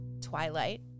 twilight